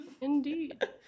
Indeed